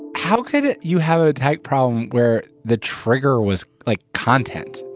how could you have a tech problem where the trigger was like content?